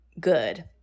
good